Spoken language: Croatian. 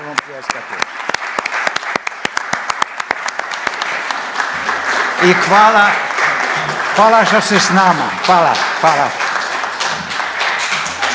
Hvala vam, hvala